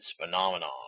phenomenon